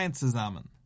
zusammen